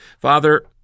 Father